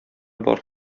бар